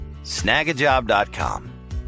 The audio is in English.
Snagajob.com